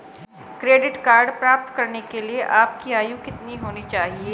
Credit card प्राप्त करने के लिए आपकी आयु कितनी होनी चाहिए?